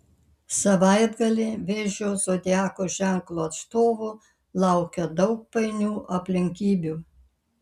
savaitgalį vėžio zodiako ženklo atstovų laukia daug painių aplinkybių